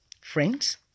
friends